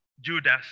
Judas